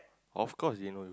of course they know